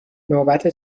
نوبت